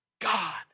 God